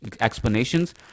explanations